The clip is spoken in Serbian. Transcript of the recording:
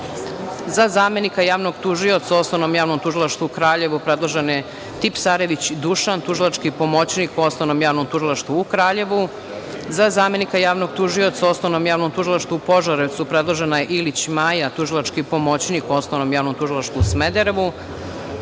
zamenika javnog tužioca u Osnovnom javnom tužilaštvu u Kraljevu predložen je Tipsarević Dušan, tužilački pomoćnik u Osnovnom javnom tužilaštvu u Kraljevu.Za zamenika javnog tužioca u Osnovnom javnom tužilaštvu u Požarevcu predložena je Ilić Maja, tužilački pomoćnik u Osnovnom javnom tužilaštvu u Smederevu.Za